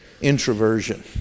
introversion